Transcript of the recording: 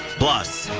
plus.